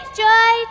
joy